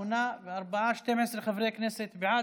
שמונה ועוד ארבעה, 12 חברי כנסת בעד.